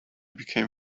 became